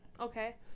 okay